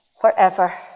forever